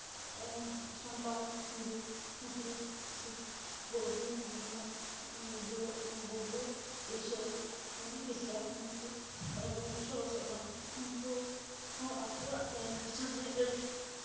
ᱥᱟᱱᱛᱟᱲ ᱦᱤᱱᱫᱩ ᱢᱩᱥᱞᱤᱢ ᱥᱤᱠᱷ ᱵᱳᱫᱽᱫᱷᱚ ᱫᱷᱚᱨᱢᱚ ᱫᱚ ᱵᱳᱫᱽᱫᱷᱚ ᱤᱥᱟᱹᱭ ᱢᱟᱱᱮ ᱠᱷᱤᱥᱴᱟᱱ ᱩᱱᱠᱩ ᱢᱟᱱᱮ ᱵᱚᱱ ᱵᱚᱥᱚᱼᱵᱟᱥᱚᱜ ᱠᱟᱱᱟ ᱩᱱᱠᱩ ᱦᱚᱸ ᱟᱠᱚᱣᱟᱜ ᱞᱟᱭᱼᱞᱟᱠᱪᱟᱨ ᱨᱮ ᱟᱹᱰᱤ